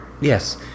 Yes